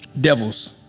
devils